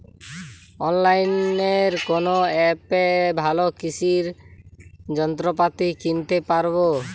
অনলাইনের কোন অ্যাপে ভালো কৃষির যন্ত্রপাতি কিনতে পারবো?